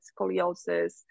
scoliosis